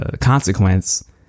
consequence